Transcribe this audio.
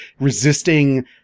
resisting